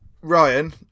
Ryan